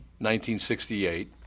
1968